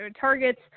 targets